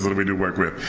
we do work with.